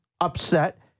upset